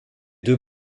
deux